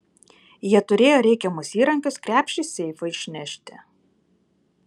jie turėjo reikiamus įrankius krepšį seifui išnešti